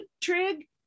Trig